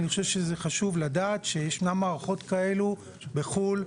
אני חושב שזה חשוב לדעת שישנן מערכות כאלו בחו"ל,